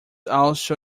also